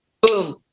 boom